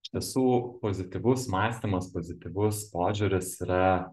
iš tiesų pozityvus mąstymas pozityvus požiūris yra